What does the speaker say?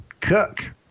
cook